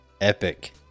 Epic